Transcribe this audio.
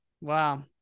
Wow